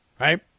right